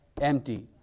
empty